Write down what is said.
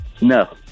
no